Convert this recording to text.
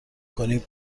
کنی